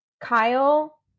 Kyle